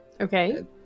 Okay